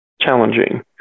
challenging